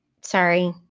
sorry